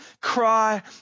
cry